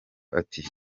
ati